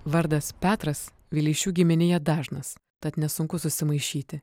vardas petras vileišių giminėje dažnas tad nesunku susimaišyti